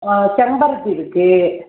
செம்பருத்தி இருக்குது